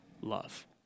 love